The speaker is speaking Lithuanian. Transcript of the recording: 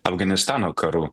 afganistano karu